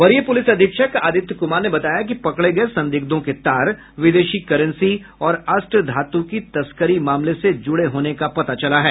वरीय पूलिस अधीक्षक आदित्य कुमार ने बताया कि पकड़े गये संदिग्धों के तार विदेशी करेंसी और अष्टधातु की तस्करी मामले से जुड़े होने का पता चला है